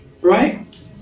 Right